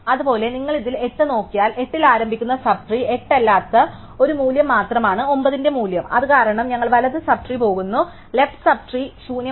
അതുപോലെ നിങ്ങൾ ഇതിൽ 8 നോക്കിയാൽ 8 ൽ ആരംഭിക്കുന്ന സബ് ട്രീ 8 അല്ലാതെ ഒരു മൂല്യം മാത്രമാണ് 9 ന്റെ മൂല്യം അത് കാരണം ഞങ്ങൾ വലത് സബ് ട്രീ പോകുന്നു ലെഫ്റ് സബ് ട്രീ ശൂന്യമാണ്